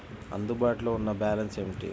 అందుబాటులో ఉన్న బ్యాలన్స్ ఏమిటీ?